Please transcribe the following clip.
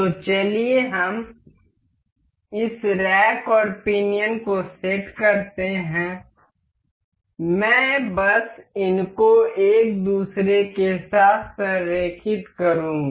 तो चलिए हम इस रैक और पिनियन को सेट करते हैं मैं बस इनको एक दूसरे के साथ संरेखित करूँगा